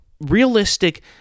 realistic